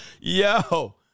Yo